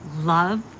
love